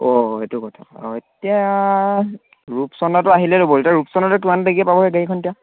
অঁ সেইটো কথা অঁ এতিয়া ৰূপচন্দাটো আহিলেহে হ'ব এতিয়া ৰূপচন্দাটো কিমান দেৰিকৈ পাবহি গাড়ীখন